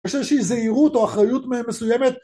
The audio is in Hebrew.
יש איזושהי זהירות או אחריות מסוימת